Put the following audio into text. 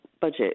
budget